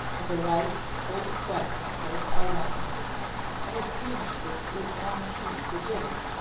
and a light, cold sweat broke out on him and it seemed as if it was not he who did it,